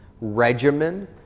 regimen